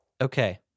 Okay